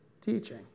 teaching